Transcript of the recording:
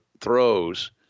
throws